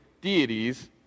deities